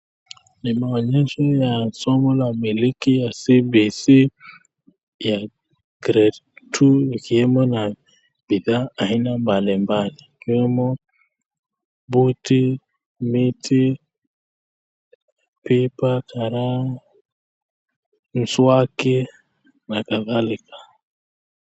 Ni maonyesho ya somo la miliki ya CBC ya gredi two ikiwemo na bidhaa aina mbalimbali, ikiwemo buti, miti, pipa, karau, mswaki, na kadhalika.